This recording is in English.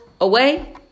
away